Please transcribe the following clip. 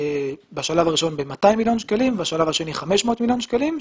בשלב הראשון ב-200 מיליון שקלים ובשלב השני 500 מיליון שקלים,